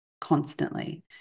constantly